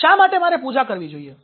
શા માટે મારે પૂજા કરવી જોઈએ